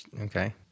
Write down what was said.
Okay